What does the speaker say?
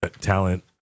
talent